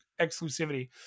exclusivity